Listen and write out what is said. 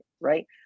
right